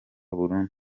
burundu